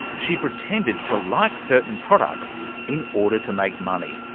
she pretended to like certain products in order to make money,